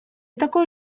такой